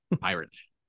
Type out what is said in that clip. pirates